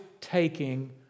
taking